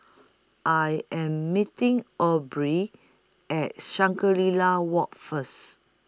I Am meeting Aubrey At Shangri La Walk First